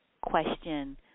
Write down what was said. question